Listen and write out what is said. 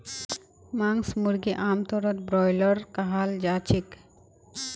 मांस मुर्गीक आमतौरत ब्रॉयलर कहाल जाछेक